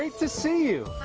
um to see you.